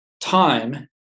time